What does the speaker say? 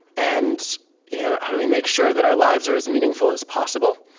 and you know how do we make sure that our lives are as meaningful as possible?